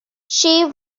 she